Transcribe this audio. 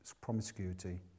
promiscuity